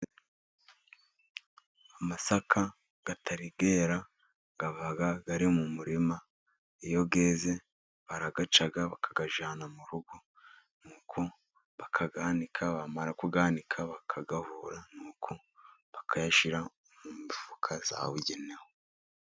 Amasaka atari yera aba ari mu murima. Iyo yeze barayaca bakayajyana mu rugo. Nuko bakayanika, bamara kuyanika bakayahura, nuko bakayashyira mu mifuka yabugenewe.